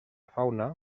fauna